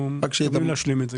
אנחנו מתכוונים להשלים את זה.